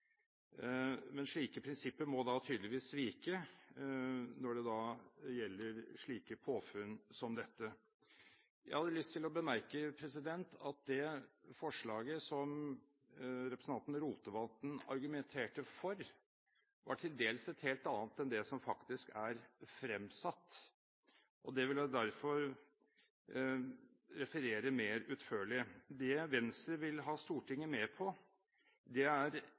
Men slike prinsipper må da tydeligvis vike når det kommer slike påfunn som dette. Jeg har lyst til å bemerke at det forslaget som representanten Rotevatn argumenterte for, til dels var et helt annet enn det som faktisk er fremsatt. Det vil jeg derfor referere mer utførlig. Det Venstre vil ha Stortinget med på, er